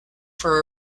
for